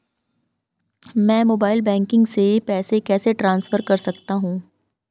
मैं mobile banking से पैसे कैसे ट्रांसफर कर सकता हूं?